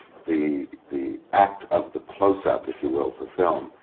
the. the act of the closeup, if you will, for film.